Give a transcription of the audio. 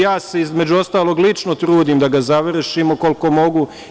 Ja se između ostalog lično trudim, da ga završim koliko mogu.